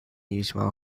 usual